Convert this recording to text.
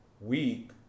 week